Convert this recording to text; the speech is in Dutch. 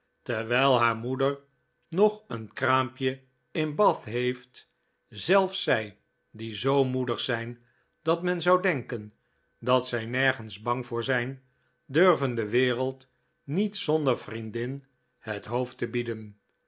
terwijl haar moeder nog een kraampje in bath heeft zelfs zij die zoo moedig zijn dat men zou denken dat zij nergens bang voor zijn durven de wereld niet zonder vriendin het hoofd te bieden